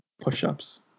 push-ups